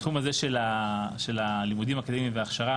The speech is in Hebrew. בתחום הזה של הלימודים האקדמיים וההכשרה,